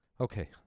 Okay